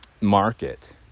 market